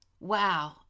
Wow